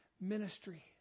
ministry